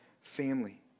family